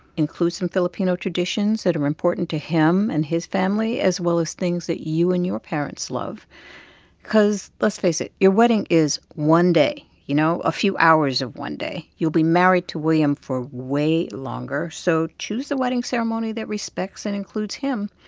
include some filipino traditions that are important to him and his family as well as things that you and your parents love cause, let's face it, your wedding is one day, you know a few hours of one day. you'll be married to william for way longer. so choose the wedding ceremony that respects and includes him,